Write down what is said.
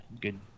good